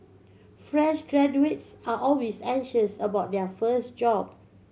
fresh graduates are always anxious about their first job